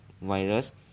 virus